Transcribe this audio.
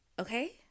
Okay